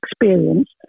experience